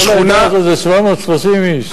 כל העדה הזו זה 730 איש.